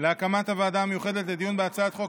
להקמת הוועדה המיוחדת לדיון בהצעת חוק